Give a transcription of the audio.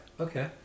Okay